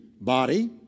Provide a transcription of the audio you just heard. body